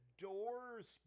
doors